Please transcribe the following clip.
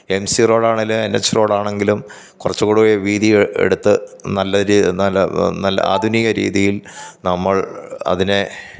M C റോഡാണേല് N H റോഡാണങ്കിലും കുറച്ചുകൂടെ വീതി എടുത്ത് നല്ലൊരു നല്ല നല്ല ആധുനിക രീതിയിൽ നമ്മൾ അതിനെ